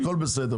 הכול בסדר,